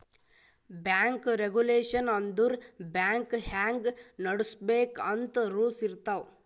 bank regulation ಅಂದುರ್ bank ಹ್ಯಾಂಗ್ ನಡುಸ್ಬೇಕ್ ಅಂತ್ ರೂಲ್ಸ್ ಇರ್ತಾವ್